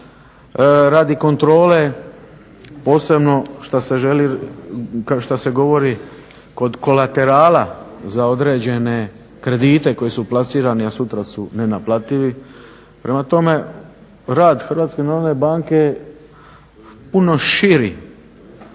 radi kontrole, posebno šta se želi, šta se govori kod kolaterala za određene kredite koji su plasirani a sutra su nenaplativi. Prema tome, rad Hrvatske